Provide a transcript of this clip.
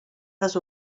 les